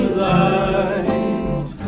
light